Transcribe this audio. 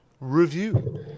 review